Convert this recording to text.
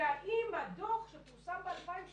והאם הדוח שפורסם ב-2018